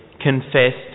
confessed